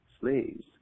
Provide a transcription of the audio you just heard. slaves